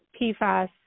PFAS